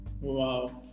Wow